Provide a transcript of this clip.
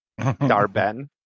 Darben